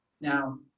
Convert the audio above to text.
Now